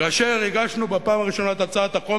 כאשר הגשנו בפעם הראשונה את הצעת החוק